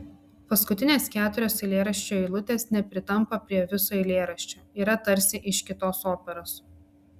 paskutinės keturios eilėraščio eilutės nepritampa prie viso eilėraščio yra tarsi iš kitos operos